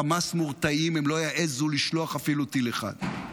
חמאס מורתעים, הם לא יעזו לשלוח אפילו טיל אחד.